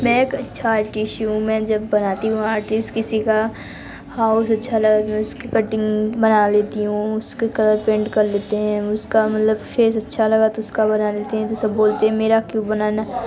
मैं एक अच्छा अर्टिश हूँ मैं जब बनाती हूँ आर्टिस किसी का हाउस अच्छा लगेगा उसकी कटिंग बना लेती हूँ उसके कलर पैंट कर लेते हैं उसका मतलब फ़ेस अच्छा लगा तो उसका बना देते हैं जैसा बोलते हैं मेरा क्यों बनना